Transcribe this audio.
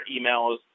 emails